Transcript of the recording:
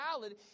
valid